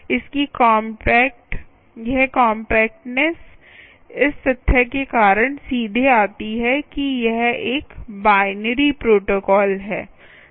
इसकी कॉम्पैक्ट यह कॉम्पैक्टनेस इस तथ्य के कारण सीधे आती है कि यह एक बाइनरी प्रोटोकॉल है